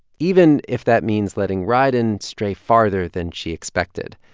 even if that means letting rieden stray farther than she expected.